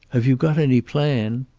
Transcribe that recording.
have you got any plan?